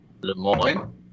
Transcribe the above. Lemoyne